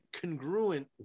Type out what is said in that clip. congruent